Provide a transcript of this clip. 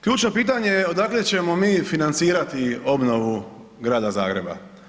Ključno pitanje je odakle ćemo mi financirati obnovu Grada Zagreba.